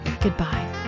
goodbye